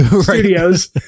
studios